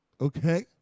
okay